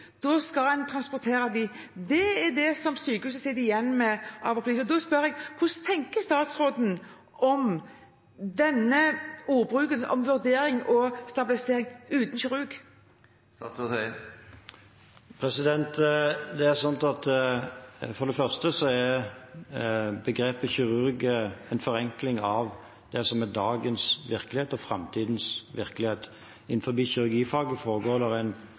Da skal pasienten transporteres. Det er det sykehuset sitter igjen med av plikt. Da spør jeg: Hva tenker statsråden om denne ordbruken om vurdering og stabilisering uten kirurg? For det første er begrepet «kirurg» en forenkling av det som er dagens virkelighet og framtidens virkelighet. Innenfor kirurgifaget foregår det en